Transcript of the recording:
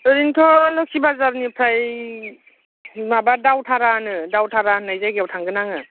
ओरैनोथ' लोक्षी बाजारनिफ्राय माबा दावधारा होनो दावधारा होननाय जायगायाव थांगोन आङो